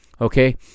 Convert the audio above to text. okay